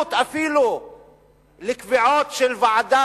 כהיענות אפילו לקביעות של ועדה